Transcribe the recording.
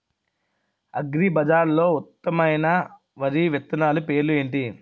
అగ్రిబజార్లో ఉత్తమమైన వరి విత్తనాలు పేర్లు ఏంటి?